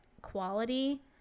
quality